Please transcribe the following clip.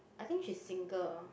I think she's single ah